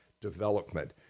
development